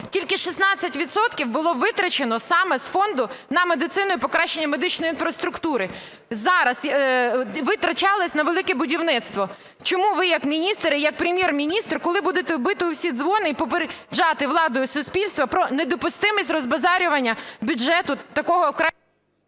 відсотків було витрачено саме з фонду на медицину і покращення медичної інфраструктури. Зараз витрачались на "Велике будівництво". Чому ви як міністр і як Прем'єр-міністр, коли будете бити у всі дзвони і попереджати владу і суспільство про недопустимість розбазарювання бюджету такого…?